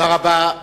תודה רבה.